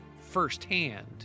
firsthand